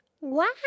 Wow